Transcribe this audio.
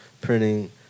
printing